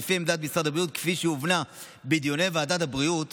לפי עמדת משרד הבריאות כפי שהובנה בדיוני ועדת הבריאות